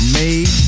made